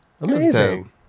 Amazing